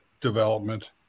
development